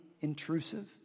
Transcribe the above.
intrusive